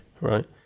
right